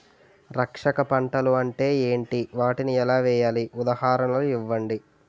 రక్షక పంటలు అంటే ఏంటి? వాటిని ఎలా వేయాలి? ఉదాహరణలు ఇవ్వండి?